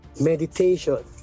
Meditation